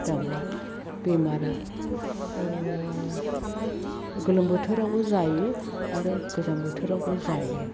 दाउआ बेमारा गोलोम बोथोरावबो जायो आरो गोजां बोथोरावबो जायो